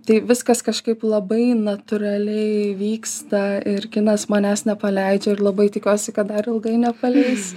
tai viskas kažkaip labai natūraliai vyksta ir kinas manęs nepaleidžia ir labai tikiuosi kad dar ilgai nepraleis